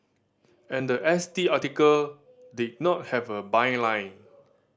and the S T article did not have a byline